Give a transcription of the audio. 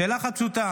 שאלה אחת פשוטה: